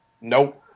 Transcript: Nope